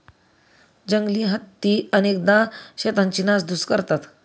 जंगली हत्ती अनेकदा शेतांची नासधूस करतात